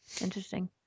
Interesting